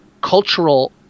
cultural